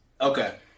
Okay